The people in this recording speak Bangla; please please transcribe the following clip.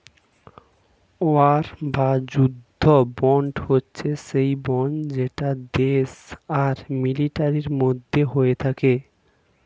ওয়ার বা যুদ্ধ বন্ড হচ্ছে সেই বন্ড যেটা দেশ আর মিলিটারির মধ্যে হয়ে থাকে